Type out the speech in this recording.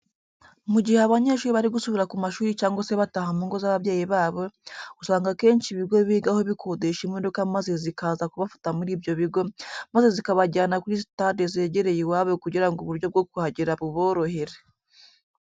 Mu gihe abanyeshuri bari gusubira ku mashuri cyangwa se bataha mu ngo z'ababyeyi babo, usanga akenshi ibigo bigaho bikodesha imodoka maze zikaza kubafata muri ibyo bigo, maze zikabajyana kuri sitade zegereye iwabo kugira ngo uburyo bwo kuhagera buborohere.